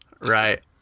Right